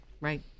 right